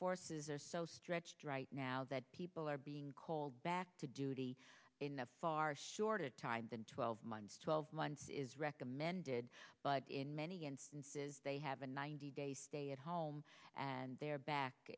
forces are so stretched right now that people are being called back to duty in a far shorter time than twelve months twelve months is recommended but in many instances they have a ninety day stay at home and they are back